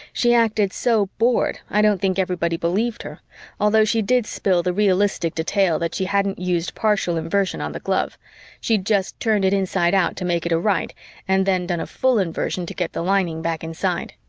she acted so bored i don't think everybody believed her although she did spill the realistic detail that she hadn't used partial inversion on the glove she'd just turned it inside out to make it a right and then done a full inversion to get the lining back inside.